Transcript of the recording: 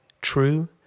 true